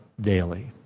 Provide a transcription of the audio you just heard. daily